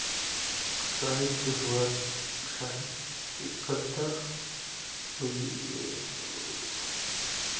साहित्य हुआ साहित्य कविता हुई